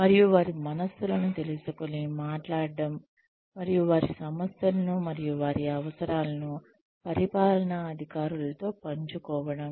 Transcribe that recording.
మరియు వారి మనస్సులను తెలుసుకోని మాట్లాడటం మరియు వారి సమస్యలను మరియు వారి అవసరాలను పరిపాలన అధికారులతో పంచుకోవడం